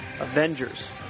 Avengers